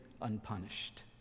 unpunished